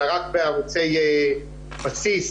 אלא רק בערוצי בסיס